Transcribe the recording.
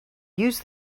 use